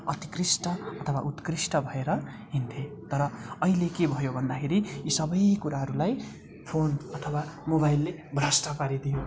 अतिकृष्ट अथवा उत्कृष्ट भएर हिँड्थे तर अहिले के भयो भन्दाखेरि यी सबै कुराहरूलाई फोन अथवा मोबाइलले भ्रष्ट पारिदियो